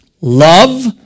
Love